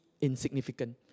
insignificant